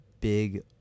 big